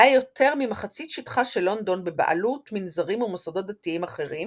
היה יותר ממחצית שטחה של לונדון בבעלות מנזרים ומוסדות דתיים אחרים